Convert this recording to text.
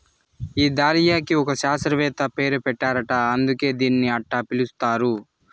ఈ దాలియాకి ఒక శాస్త్రవేత్త పేరు పెట్టారట అందుకే దీన్ని అట్టా పిలుస్తారు